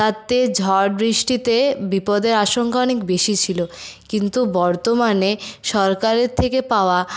তাতে ঝড় বৃষ্টিতে বিপদের আশঙ্কা অনেক বেশি ছিল কিন্তু বর্তমানে সরকারের থেকে পাওয়া